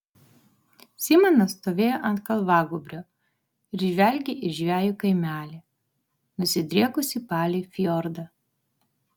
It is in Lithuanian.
simonas stovėjo ant kalvagūbrio ir žvelgė į žvejų kaimelį nusidriekusį palei fjordą